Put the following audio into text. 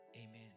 Amen